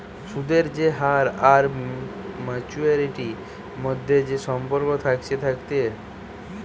সুদের যে হার আর মাচুয়ারিটির মধ্যে যে সম্পর্ক থাকছে থাকছে